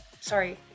sorry